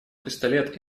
пистолет